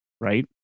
right